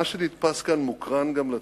מה שנתפס כאן מוקרן גם לציבור,